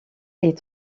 est